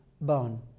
bone